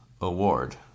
award